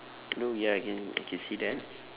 don't ya I can I can see that